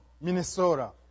Minnesota